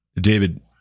David